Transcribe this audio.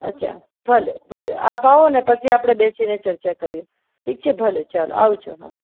અચ્છા ભલે ભલે આપ આવો ને પછી આપણે બેસીને ચર્ચા કરીએ ઠીક છે ભલે ચાલો આવજો હાં